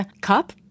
cup